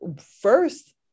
first